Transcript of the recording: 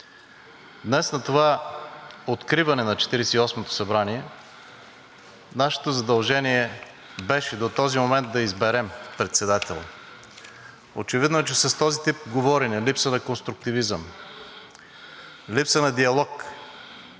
и осмото народно събрание нашето задължение беше до този момент да изберем председател. Очевидно е, че с този тип говорене, липса на конструктивизъм, липса на диалог,